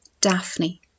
Daphne